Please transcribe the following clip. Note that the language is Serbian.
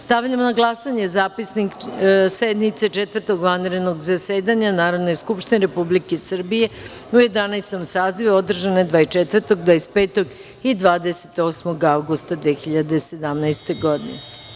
Stavljam na glasanje Zapisnik sednice Četvrtog vanrednog zasedanja Narodne skupštine Republike Srbije u Jedanaestom sazivu, održane 24, 25. i 28. avgusta 2017. godine.